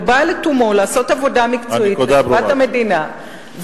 הוא בא לתומו לעשות עבודה מקצועית לטובת המדינה,